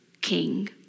king